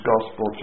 Gospel